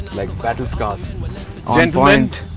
like battle scars! on point!